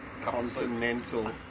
continental